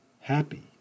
happy